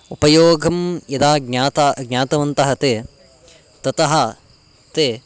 उपयोगं यदा ज्ञाता ज्ञातवन्तः ते ततः ते